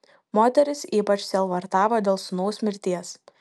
moteris ypač sielvartavo dėl sūnaus mirties